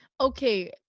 Okay